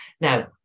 Now